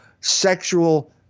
sexual